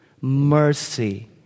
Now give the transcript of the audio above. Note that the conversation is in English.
mercy